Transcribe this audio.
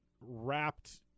wrapped